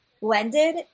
blended